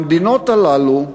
המדינות הללו,